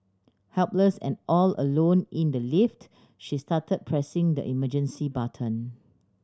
helpless and all alone in the lift she started pressing the emergency button